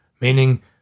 meaning